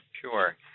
Sure